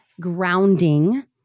grounding